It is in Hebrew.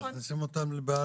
מכניסים אותם לבהלה,